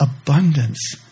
abundance